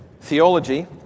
theology